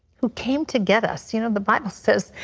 who came to get us. you know the bible says,